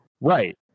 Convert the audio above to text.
right